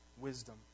wisdom